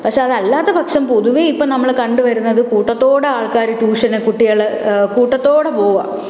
പക്ഷെ അതല്ലാത്തപക്ഷം പൊതുവെ ഇപ്പം നമ്മൾ കണ്ടുവരുന്നതും കൂട്ടത്തോടെ ആൾക്കാർ ട്യൂഷനു കുട്ടികൾ കൂട്ടത്തോടെ പോവുകയാണ്